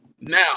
now